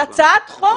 על הצעת חוק,